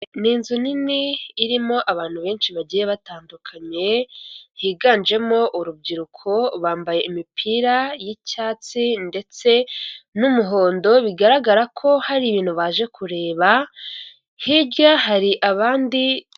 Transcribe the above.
nNi inzu nini irimo abantu benshi bagiye batandukanye, higanjemo urubyiruko bambaye imipira y'icyatsi ndetse n'umuhondo bigaragara ko hari ibintu baje kureba hirya hari abandi.